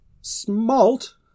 Smalt